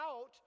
out